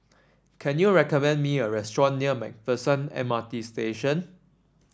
can you recommend me a restaurant near MacPherson M R T Station